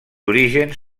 orígens